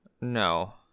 no